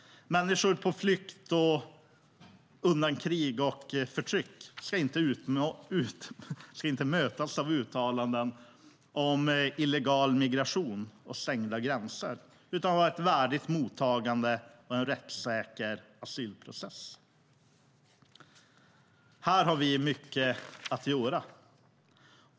Människor på flykt undan krig och förtryck ska inte mötas av uttalanden om illegal migration och stängda gränser utan av ett värdigt mottagande och en rättssäker asylprocess. Här har vi mycket att göra.